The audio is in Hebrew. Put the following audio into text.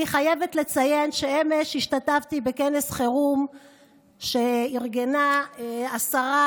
אני חייבת לציין שאמש השתתפתי בכנס חירום שארגנה השרה